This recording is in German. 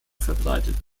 verbreitet